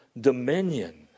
dominion